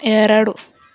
ಎರಡು